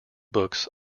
books